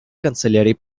канцелярии